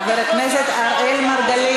חבר הכנסת אראל מרגלית.